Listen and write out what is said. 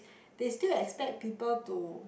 they still expect people to